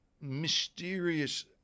mysterious